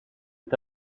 est